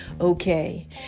okay